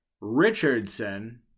richardson